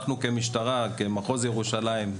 משטרת מחוז ירושלים,